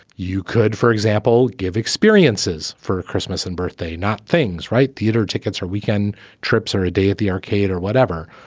you could, for example, give experiences for christmas and birthday, not things. right. theater tickets are weekend trips are a day at the arcade or whatever.